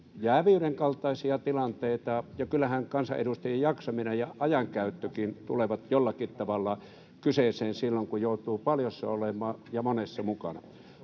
jääviyden kaltaisia tilanteita — ja kyllähän kansanedustajien jaksaminen ja ajankäyttökin tulevat jollakin tavalla kyseeseen — silloin, kun joutuu olemaan paljossa ja monessa mukana.